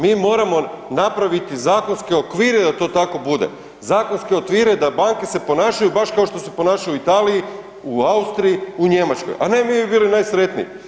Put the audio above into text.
Mi moramo napraviti zakonske okvire da to tako bude, zakonske okvire da banke se ponašaju baš kao što se ponašaju u Italiji, u Austriji, u Njemačkoj a ne „mi bi bili najsretniji“